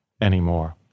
anymore